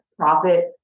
profit